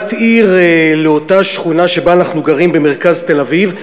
בת עיר לאותה שכונה שבה אנחנו גרים במרכז תל-אביב.